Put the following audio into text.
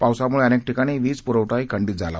पावसामुळे अनेक ठिकाणी वीज पुरवठाही खंडीत झाला